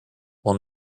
will